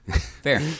fair